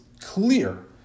clear